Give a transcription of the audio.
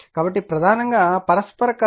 కాబట్టి ప్రధానంగా పరస్పర కలయిక లేనప్పుడు M 0